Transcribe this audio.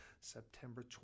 september